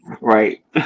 right